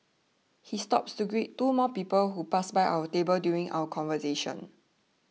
he stops to greet two more people who pass by our table during our conversation